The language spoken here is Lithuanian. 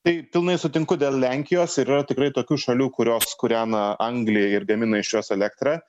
tai pilnai sutinku dėl lenkijos ir yra tikrai tokių šalių kurios kūrena anglį ir gamina iš jos elektrą